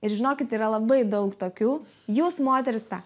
ir žinokit yra labai daug tokių jūs moterys tą